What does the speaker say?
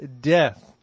death